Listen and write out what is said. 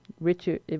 Richard